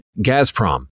Gazprom